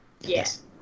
Yes